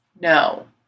no